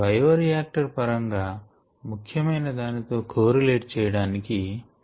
bioreactor పరంగా ముఖ్యమైన దానితో కోరిలేట్ చేయడానికి ప్రయత్నాలు జరుగును